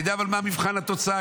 אבל אתה יודע מה מבחן התוצאה,